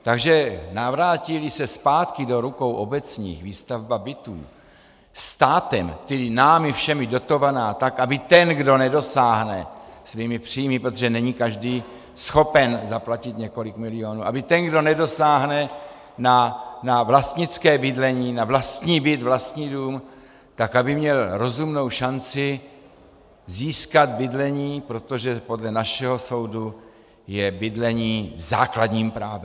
Takže navrátíli se zpátky do rukou obecních výstavba bytů státem, tedy námi všemi, dotovaná tak, aby ten, kdo nedosáhne svými příjmy, protože není každý schopen zaplatit několik milionů, aby ten, kdo nedosáhne na vlastnické bydlení, na vlastní byt, na vlastní dům, tak aby měl rozumnou šanci získat bydlení, protože podle našeho soudu je bydlení základním právem.